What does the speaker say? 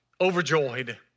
overjoyed